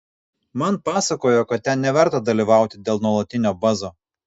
man pasakojo kad ten neverta dalyvauti dėl nuolatinio bazo